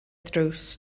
drws